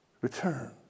Return